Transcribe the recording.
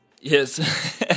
Yes